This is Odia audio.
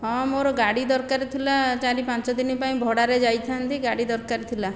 ହଁ ମୋର ଗାଡ଼ି ଦରକାର ଥିଲା ଚାରି ପାଞ୍ଚ ଦିନ ପାଇଁ ଭଡ଼ାରେ ଯାଇଥାନ୍ତି ଗାଡ଼ି ଦରକାର ଥିଲା